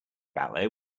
ballet